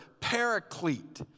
paraclete